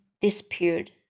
disappeared